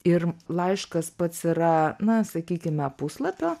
ir laiškas pats yra na sakykime puslapio